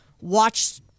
watch